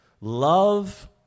Love